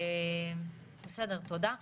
בסדר תודה.